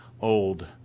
old